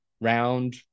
round